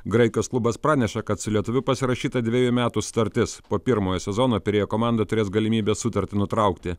graikijos klubas praneša kad su lietuviu pasirašyta dvejų metų sutartis po pirmojo sezono pirėjo komanda turės galimybę sutartį nutraukti